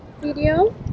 video